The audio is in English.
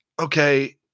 Okay